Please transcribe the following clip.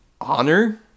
honor